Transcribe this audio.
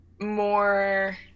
more